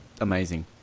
Amazing